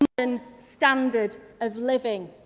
but and standard of living.